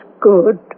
good